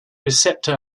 receptor